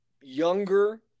younger